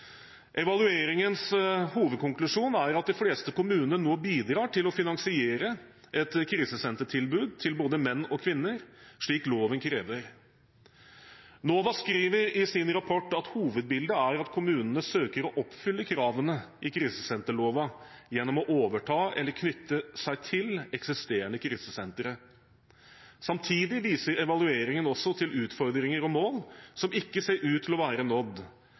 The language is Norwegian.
Evalueringens hovedkonklusjon er at de fleste kommunene nå bidrar til å finansiere et krisesentertilbud til både menn og kvinner, slik loven krever. NOVA skriver i sin rapport at hovedbildet er at kommunene søker å oppfylle kravene i krisesenterloven gjennom å overta eller knytte seg til eksisterende krisesentre. Samtidig viser evalueringen til utfordringer og mål som ikke ser ut til å være nådd.